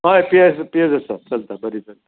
हय पियर्स पियर्स आसात चलता बरी चलता